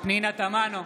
פנינה תמנו,